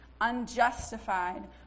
unjustified